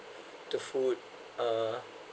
to food uh